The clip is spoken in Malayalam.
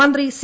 മന്ത്രി സി